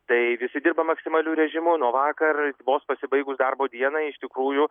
tai visi dirba maksimaliu režimu nuo vakar vos pasibaigus darbo dienai iš tikrųjų